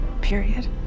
Period